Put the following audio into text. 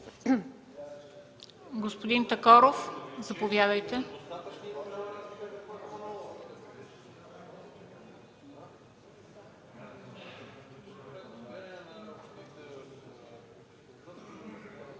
господин Сидеров, заповядайте.